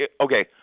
okay